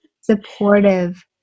supportive